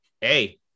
hey